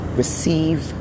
receive